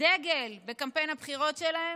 הדגל בקמפיין הבחירות שלהם,